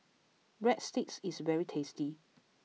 Breadsticks is very tasty